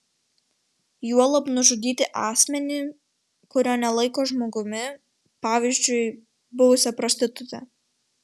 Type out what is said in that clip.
juolab nužudyti asmenį kurio nelaiko žmogumi pavyzdžiui buvusią prostitutę